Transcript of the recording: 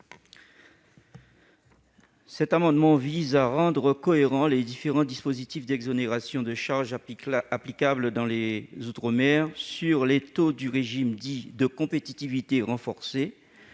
Cet amendement vise à rendre cohérents les différents dispositifs d'exonération de charges applicables dans les outre-mer avec les taux du régime dit « de compétitivité renforcée